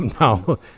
No